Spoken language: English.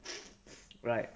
right